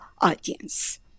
audience